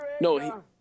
No